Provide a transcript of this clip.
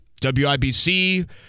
WIBC